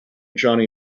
johnny